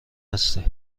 هستی